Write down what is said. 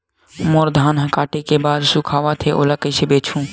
मोर धान ह काटे के बाद सुखावत हे ओला कइसे बेचहु?